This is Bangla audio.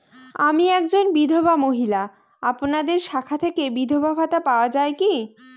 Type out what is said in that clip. আমি একজন বিধবা মহিলা আপনাদের শাখা থেকে বিধবা ভাতা পাওয়া যায় কি?